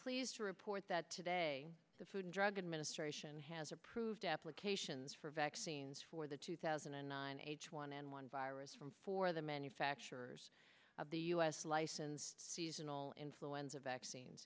pleased to report that today the food and drug administration has approved applications for vaccines for the two thousand and nine h one n one virus from four the manufacturers of the u s licensed season all influenza vaccine